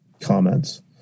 comments